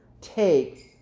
take